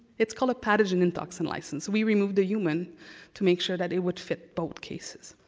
it's called a pathogen and toxin license. we removed the human to make sure that it would fit both cases.